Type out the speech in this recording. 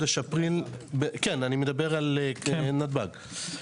אני מדבר על נתב"ג.